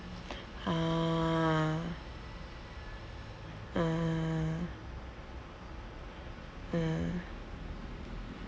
ah ah ah